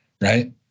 right